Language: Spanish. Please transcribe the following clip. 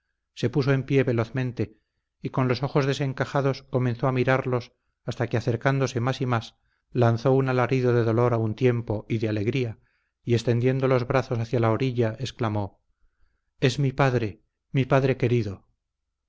se puso en pie velozmente y con los ojos desencajados comenzó a mirarlos hasta que acercándose más y más lanzó un alarido de dolor a un tiempo y de alegría y extendiendo los brazos hacia la orilla exclamó es mi padre mi padre querido